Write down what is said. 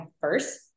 first